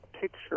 picture